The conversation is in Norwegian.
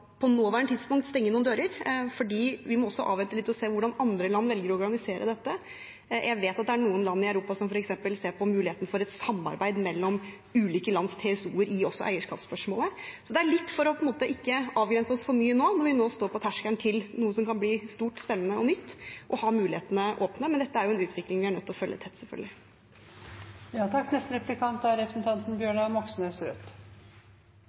stenge noen dører, fordi vi må også avvente litt og se hvordan andre land velger å organisere dette. Jeg vet at det er noen land i Europa som f.eks. ser på muligheten for et samarbeid mellom ulike lands TSO-er også i eierskapsspørsmålet, så det er litt for ikke å avgrense oss for mye nå, når vi står på terskelen til noe som kan bli stort, spennende og nytt, og ha mulighetene åpne. Men dette er en utvikling vi selvfølgelig er nødt til å følge tett.